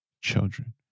children